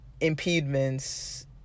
impediments